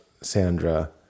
Sandra